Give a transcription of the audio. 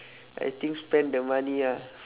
I think spend the money ah